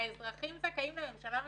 האזרחים זכאים לממשלה מתפקדת,